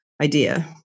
Idea